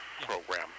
program